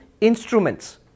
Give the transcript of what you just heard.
instruments